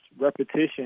repetition